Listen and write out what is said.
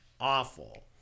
awful